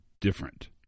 different